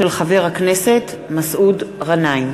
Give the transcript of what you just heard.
הצעתו של חבר הכנסת מסעוד גנאים.